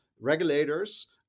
regulators